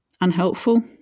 Unhelpful